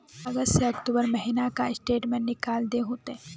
अगस्त से अक्टूबर महीना का स्टेटमेंट निकाल दहु ते?